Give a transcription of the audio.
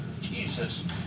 Jesus